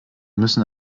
müssen